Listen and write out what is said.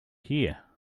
here